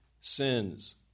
sins